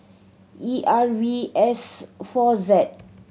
E R V S four Z